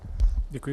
Děkuji.